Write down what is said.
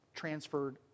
transferred